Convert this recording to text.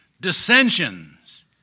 dissensions